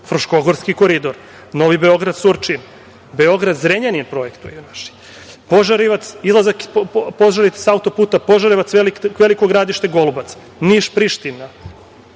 Fruškogorski koridor, Novi Beograd - Surčin, Beograd - Zrenjanin projektuju naši, izlazak Požarevaca sa auto-puta, Požarevac-Veliko Gradište-Golubac, Niš - Priština,